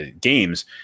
games